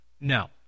No